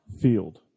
Field